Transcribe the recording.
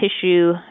tissue